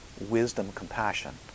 wisdom-compassion